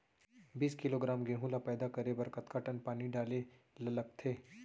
बीस किलोग्राम गेहूँ ल पैदा करे बर कतका टन पानी डाले ल लगथे?